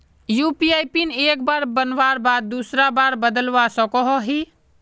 UPI PIN एक बार बनवार बाद दूसरा बार बदलवा सकोहो ही?